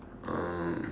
um